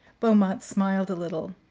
beaumont smiled a little.